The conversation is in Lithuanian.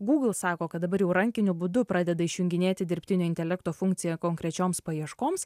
google sako kad dabar jau rankiniu būdu pradeda išjunginėti dirbtinio intelekto funkciją konkrečioms paieškoms